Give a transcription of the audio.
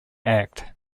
act